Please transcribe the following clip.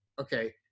okay